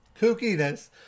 kookiness